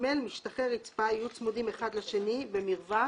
"(ג)משטחי רצפה יהיו צמודים אחד לשני במרווח